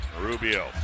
Rubio